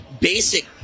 basic